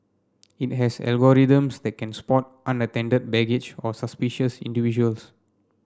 it has algorithms that can spot unattended baggage or suspicious individuals